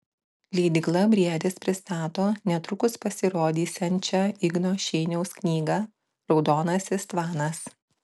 leidykla briedis pristato netrukus pasirodysiančią igno šeiniaus knygą raudonasis tvanas